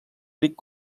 ric